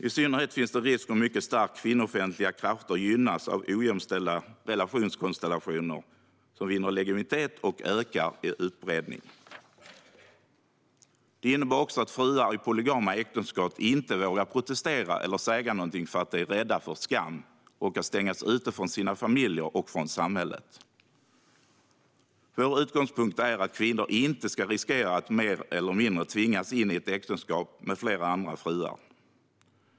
I synnerhet finns det risk att mycket starka kvinnofientliga krafter gynnas av ojämställda relationskonstellationer som vinner legitimitet och ökar i utbredning. Det innebär också att fruar i polygama äktenskap inte vågar protestera eller säga någonting, därför att de är rädda för skam och för att stängas ute från sina familjer och samhället. Vår utgångspunkt är att kvinnor inte ska riskera att mer eller mindre tvingas in i ett äktenskap med flera andra fruar.